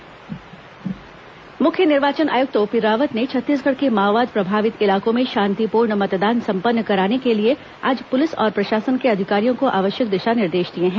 मुख्य निर्वाचन आयुक्त प्रेसवार्ता मुख्य निर्वाचन आयुक्त ओपी रावत ने छत्तीसगढ़ के माओवाद प्रभावित इलाकों में शांतिपूर्ण मतदान संपन्न कराने के लिए आज पुलिस और प्रशासन के अधिकारियों को आवश्यक दिशा निर्देश दिए हैं